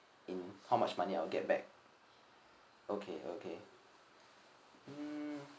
in how much money I'll get back okay okay mm